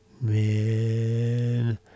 Man